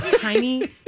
tiny